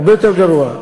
הרבה יותר גרוע.